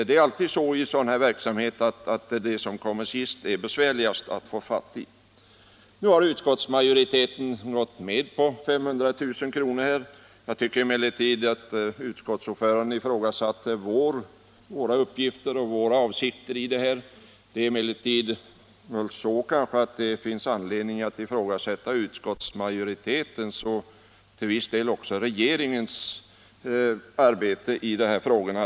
Det är alltid så i sådan här verksamhet att det är besvärligast att få fatt i de sista. Utskottsmajoriteten har nu gått med på ett anslag på 500 000 kr. Utskottsordföranden ifrågasatte våra uppgifter och våra avsikter. Jag tycker emellertid att det finns anledning att ifrågasätta utskottsmajoritetens och till viss del också regeringens uppfattning i denna fråga.